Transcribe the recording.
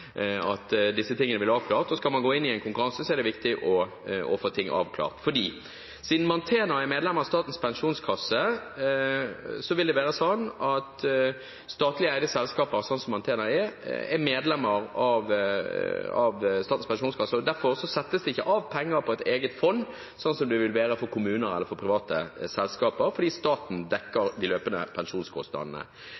vil disse tingene vil bli avklart. Skal man gå inn i en konkurranse, er det viktig å få ting avklart. Statlig eide selskaper, sånn som Mantena er, er medlem av Statens pensjonskasse, og derfor settes det ikke av penger på et eget fond, sånn som det vil være for kommuner eller for private selskaper, fordi staten dekker